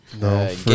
No